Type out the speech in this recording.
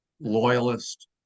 loyalist